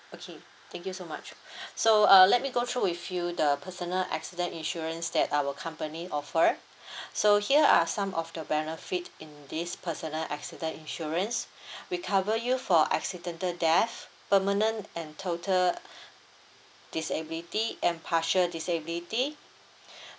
okay thank you so much so uh let me go through with you the personal accident insurance that our company offer so here are some of the benefit in this personal accident insurance we cover you for accidental death permanent and total disability and partial disability